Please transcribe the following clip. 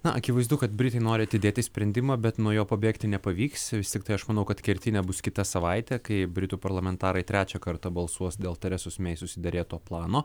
na akivaizdu kad britai nori atidėti sprendimą bet nuo jo pabėgti nepavyks vis tiktai aš manau kad kertinė bus kita savaitė kai britų parlamentarai trečią kartą balsuos dėl teresos mei susiderėto plano